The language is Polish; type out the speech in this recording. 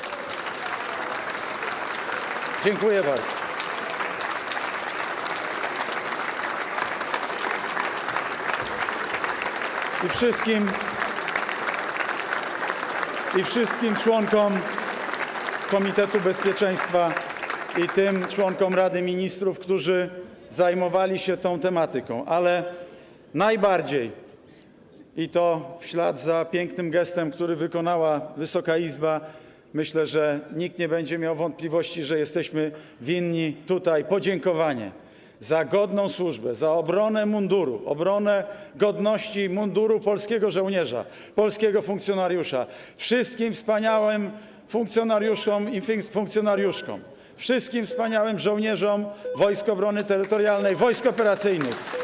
Dziękuję bardzo wszystkim członkom komitetu bezpieczeństwa, członkom Rady Ministrów, którzy zajmowali się tą tematyką, ale najbardziej, i to w ślad za pięknym gestem, który wykonała Wysoka Izba - myślę, że nikt nie będzie miał wątpliwości - jesteśmy winni tutaj podziękowanie za godną służbę, za obronę munduru, obronę godności i munduru polskiego żołnierza, polskiego funkcjonariusza wszystkim wspaniałym funkcjonariuszom i funkcjonariuszkom, wszystkim wspaniałym żołnierzom Wojsk Obrony Terytorialnej, wojsk operacyjnych.